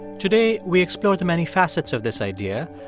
today, we explore the many facets of this idea.